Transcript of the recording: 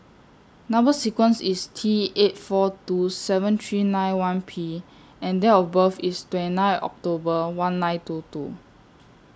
Number sequence IS T eight four two seven three nine one P and Date of birth IS twenty nine October one nine two two